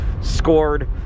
scored